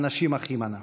אנשים אחים אנחנו,